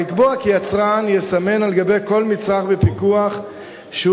לקבוע כי יצרן יסמן על כל מצרך בפיקוח שהוא